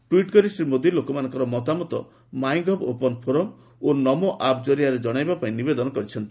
tweet କରି ଶ୍ରୀ ମୋଦୀ ଲୋକମାନଙ୍କର ମତାମତ ମାଇ ଗଭ୍ ଓପନ୍ ଫୋରମ୍ ଓ ନମୋଆପ୍ ଜରିଆରେ ଜଣାଇବା ପାଇଁ ନିବେଦନ କରିଛନ୍ତି